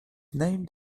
named